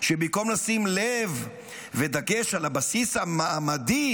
במקום לשים לב ודגש על הבסיס המעמדי